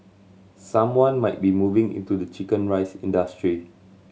someone might be moving into the chicken rice industry